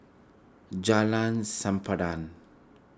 Jalan Sempadan